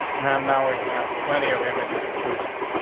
and now we have plenty of images to choose from.